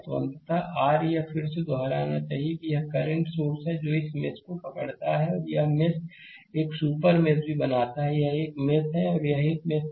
तो अंततः r यह फिर से दोहराना चाहिए यह एक करंट सोर्स है जो इस मेष को पकड़ता है और यह मेष एक सुपर मेष भी बनाता है यह एक और मेष है यह एक और मेष है